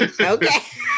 Okay